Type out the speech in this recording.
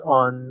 on